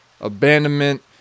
abandonment